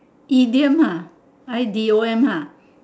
idiom ah I D O M ah